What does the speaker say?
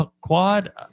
quad